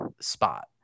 spot